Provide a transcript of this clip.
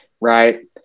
Right